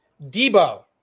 Debo